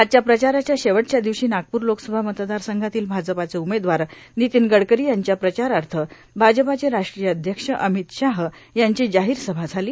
आजच्या प्रचाराच्या शेवटच्या दिवशी नागपूर लोकसभा मतदार संघातील भाजपाचे उमेदवार नितीन गडकरी यांच्या प्रचारार्थ भाजपाचे राष्ट्रीय अध्यक्ष अमित शाह यांची जाहीरसभा झाली